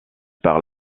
par